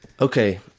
Okay